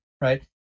right